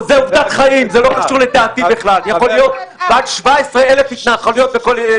יכול להיות שזה יגיע לך כהפתעה,